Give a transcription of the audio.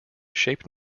shaped